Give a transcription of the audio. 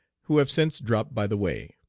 who have since dropped by the way.